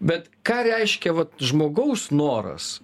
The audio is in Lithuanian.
bet ką reiškia vat žmogaus noras